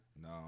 No